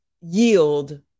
yield